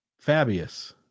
Fabius